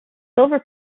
silver